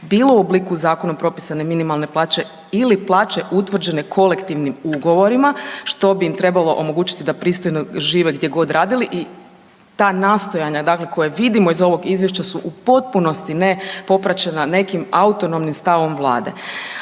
bilo u obliku zakonom propisane minimalne plaće ili plaće utvrđene kolektivnim ugovorima što bi im trebalo omogućiti da pristojno žive gdje god radili. I ta nastojanja, dakle koja vidimo iz ovog izvješća su u potpunosti ne popraćena nekim autonomnim stavom Vlade.